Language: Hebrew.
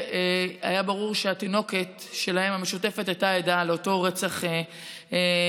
והיה ברור שהתינוקת המשותפת שלהם הייתה עדה לאותו רצח נוראי.